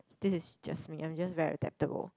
this is just me I just very adaptable